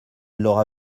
l’aura